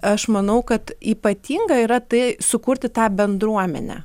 aš manau kad ypatinga yra tai sukurti tą bendruomenę